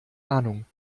ahnung